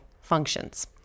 functions